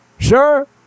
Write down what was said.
Sure